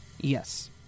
Yes